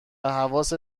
حواست